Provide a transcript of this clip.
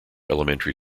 elementary